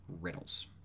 riddles